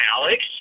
Alex